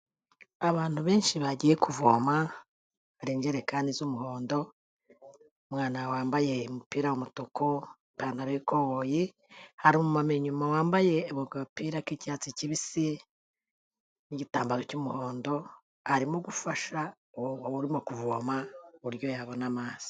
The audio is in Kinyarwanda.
Abantu benshi bagiye kuvoma hari injerekani z'umuhondo, umwana wambaye umupira w'umutuku, ipantaro y'ikoboyi, hari umumama inyumawambaye agapira k'icyatsi kibisi n'igitambaro cy'umuhondo, arimo gufasha uwo urimo kuvoma uburyo yabona amazi.